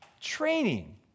training